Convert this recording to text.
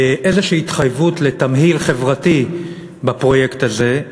איזו התחייבות לתמהיל חברתי בפרויקט הזה,